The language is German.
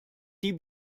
die